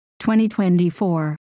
2024